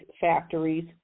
factories